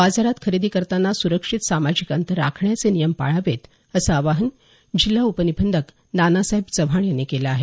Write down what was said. बाजारात खरेदी करताना सुरक्षित सामाजिक अंतर राखण्याचे नियम पाळावेत असं आवाहन जिल्हा उपनिबंधक नानासाहेब चव्हाण यांनी केलं आहे